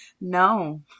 No